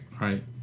Right